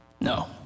No